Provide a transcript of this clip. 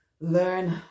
learn